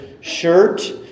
shirt